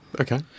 Okay